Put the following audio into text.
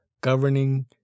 governing